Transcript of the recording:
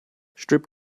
strip